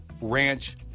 Ranch